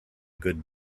good